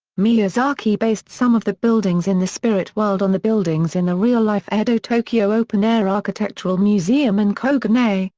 miyazaki based some of the buildings in the spirit world on the buildings in the real-life edo-tokyo open air architectural museum in koganei,